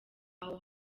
abo